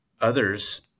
others